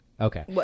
Okay